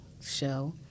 show